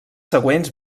següents